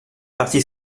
parti